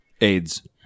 AIDS